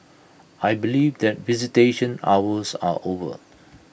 I believe that visitation hours are over